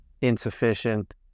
insufficient